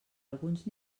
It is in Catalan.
alguns